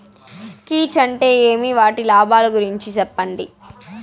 కీచ్ అంటే ఏమి? వాటి లాభాలు గురించి సెప్పండి?